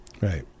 Right